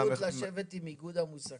אין לך הזדמנות לשבת עם איגוד המוסכים